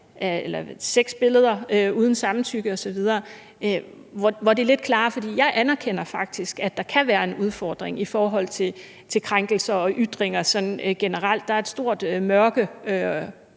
det er sexbilleder uden samtykke osv. Jeg anerkender faktisk, at der kan være en udfordring i forhold til krænkelser og ytringer generelt – der er en stor